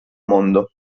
mondo